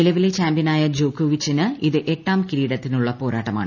നിലവിലെ ചാമ്പൃനായ ജോക്കോവിച്ചിന് ഇത് എട്ടാം കിരീടത്തിനുള്ള പോരാട്ടമാണ്